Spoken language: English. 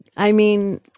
i mean,